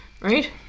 right